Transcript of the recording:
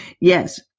Yes